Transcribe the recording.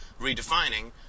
redefining